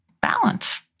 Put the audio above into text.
balance